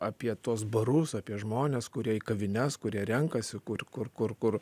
apie tuos barus apie žmones kurie į kavines kurie renkasi kur kur kur kur